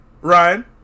Ryan